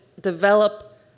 develop